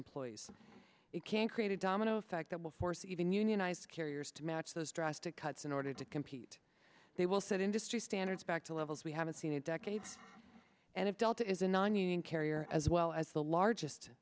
employees it can create a domino effect that will force even unionized carriers to match those drastic cuts in order to compete they will set industry standards back to levels we haven't seen in decades and if delta is a nonunion carrier as well as the largest